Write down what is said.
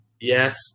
yes